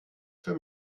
für